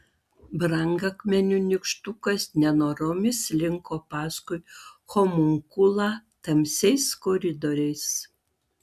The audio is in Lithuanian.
brangakmenių nykštukas nenoromis slinko paskui homunkulą tamsiais koridoriais